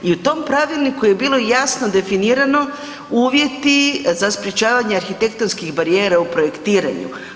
I u tom pravilniku je bilo jasno definirano uvjeti za sprječavanje arhitektonskih barijera u projektiranju.